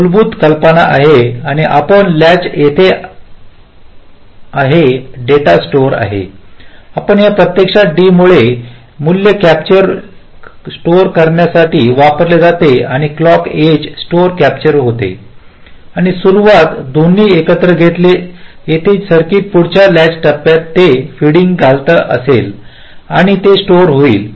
मूलभूत कल्पना आहे आपण लॅच येथे आहे डेटा स्टोर आहे आपण या प्रत्यक्षात D त्यामुळे मूल्य कॅप्चर स्टोअर करण्यासाठी वापरले आणि क्लॉक एज आणि स्टोअर कॅप्चर आहे आणि सुरुवात दोन्ही एकत्र घेतले येथे जे सर्किट पुढच्या लॅच टप्प्यात ते फीडिंग घालत असेल आणि ते स्टोर होईल